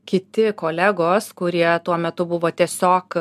kiti kolegos kurie tuo metu buvo tiesiog